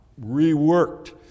reworked